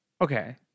Okay